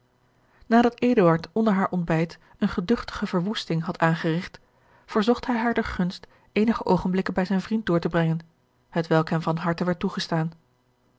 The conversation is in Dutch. eduard onder haar ontbijt eene geduchte verwoesting had aangerigt verzocht hij haar de gunst eenige oogenblikken bij zijn vriend door te brengen hetwelk hem van harte werd toegestaan